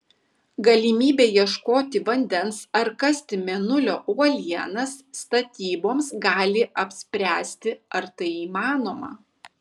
galimybė ieškoti vandens ar kasti mėnulio uolienas statyboms gali apspręsti ar tai įmanoma